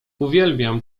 uwielbiam